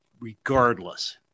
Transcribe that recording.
regardless